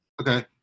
Okay